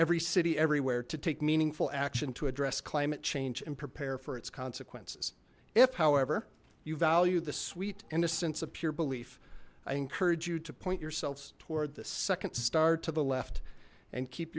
every city everywhere to take meaningful action to address climate change and prepare for its consequences if however you value the sweet innocence of pure belief i encourage you to point yourselves toward the second star to the left and keep